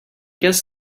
guess